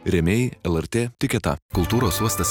rėmėjai lrt tiketa kultūros uostas